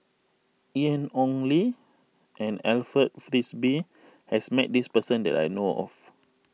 Ian Ong Li and Alfred Frisby has met this person that I know of